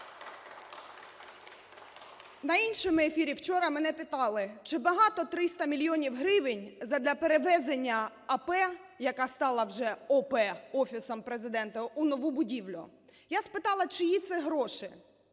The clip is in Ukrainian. На іншому ефірі вчора мене питали, чи багато 300 мільйонів гривень задля перевезення АП, яка стала вже ОП, Офісом Президента, у нову будівлю. Я спитала, чиї це гроші.